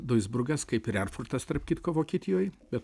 duisburgas kaip ir erfurtas tarp kitko vokietijoj bet